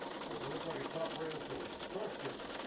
starting to look like a top-rail soldier first-rate.